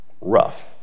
rough